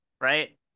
right